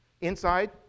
Inside